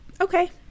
Okay